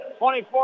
24